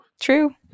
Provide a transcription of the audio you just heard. True